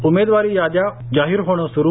उमेदवारी याद्या जाहीर होणं सुरू